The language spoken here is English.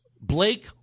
Blake